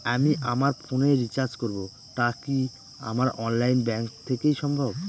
আমি আমার ফোন এ রিচার্জ করব টা কি আমার অনলাইন ব্যাংক থেকেই সম্ভব?